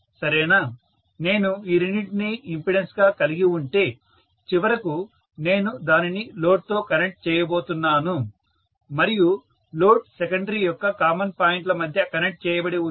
సరేనా నేను ఈ రెండింటినీ ఇంపెడెన్స్గా కలిగి ఉంటే చివరకు నేను దానిని లోడ్తో కనెక్ట్ చేయబోతున్నాను మరియు లోడ్ సెకండరీ యొక్క కామన్ పాయింట్ ల మధ్య కనెక్ట్ చేయబడి ఉంది